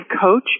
coach